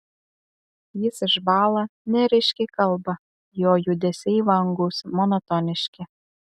jis išbąla nerišliai kalba jo judesiai vangūs monotoniški